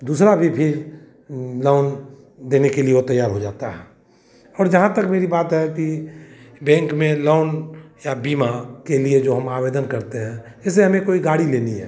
दूसरा भी फिर लोन देने के लिए वह तैयार हो जाता है और जहाँ तक मेरी बात है कि बैंक में लोन या बीमा के लिए जो हम आवेदन करते हैं जैसे हमें कोई गाड़ी लेनी है